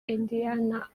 indiana